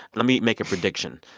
let me make a prediction.